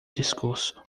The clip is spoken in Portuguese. discurso